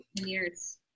years